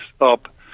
up